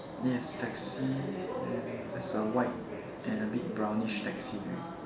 yes taxi and there's a white and a bit brownish taxi